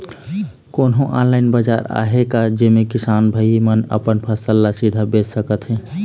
कोन्हो ऑनलाइन बाजार आहे का जेमे किसान भाई मन अपन फसल ला सीधा बेच सकथें?